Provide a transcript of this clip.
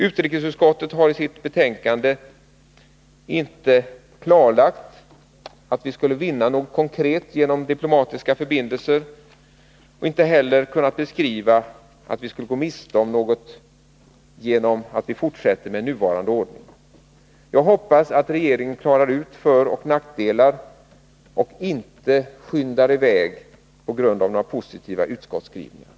Utrikesutskottet har i sitt betänkande inte klarlagt att vi skulle vinna något konkret genom diplomatiska förbindelser och har inte heller kunnat beskriva att vi skulle gå miste om något genom att vi fortsätter med nuvarande ordning. Jag hoppas att regeringen klarar ut föroch nackdelar och inte skyndar i väg på grund av de positiva utskottsskrivningarna.